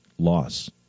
loss